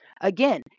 again